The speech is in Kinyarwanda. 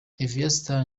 aviastar